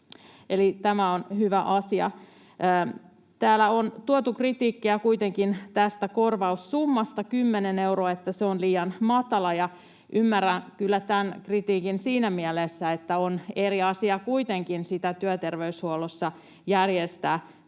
tämä on hyvä asia. Täällä on tuotu kritiikkiä kuitenkin tästä korvaussummasta — 10 euroa — että se on liian matala, ja ymmärrän kyllä tämän kritiikin siinä mielessä, että on eri asia kuitenkin sitä työterveyshuollossa järjestää